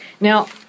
Now